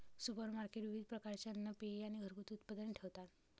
supermarket विविध प्रकारचे अन्न, पेये आणि घरगुती उत्पादने ठेवतात